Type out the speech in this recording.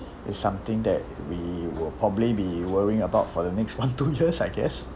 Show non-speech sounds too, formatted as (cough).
it's something that we would probably be worrying about for the next one (noise) two years I guess